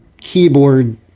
keyboard